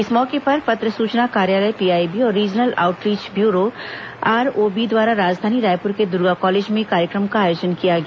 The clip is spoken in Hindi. इस मौके पर पत्र सूचना कार्यालय पीआईबी और रीजनल आउटरीच ब्यूरो आरओबी द्वारा राजधानी रायपुर के दर्गा कॉलेज में कार्यक्रम का आयोजन किया गया